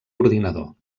ordinador